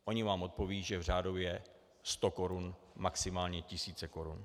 Oni vám odpovědí, že řádově sto korun, maximálně tisíce korun.